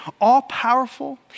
all-powerful